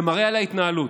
זה מראה על ההתנהלות.